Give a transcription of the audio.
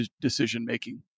decision-making